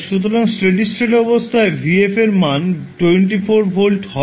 সুতরাং steady state অবস্থায় v f এর মান 24 ভোল্ট হবে